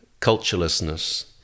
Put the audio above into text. culturelessness